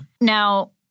Now